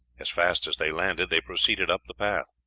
as fast as they landed they proceeded up the path.